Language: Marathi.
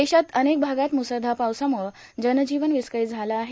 देशात अनेक भागात मुसळधार पावसामुळं जनजीवन विस्कळीत झालं आहे